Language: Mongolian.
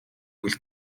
хөл